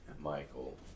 Michael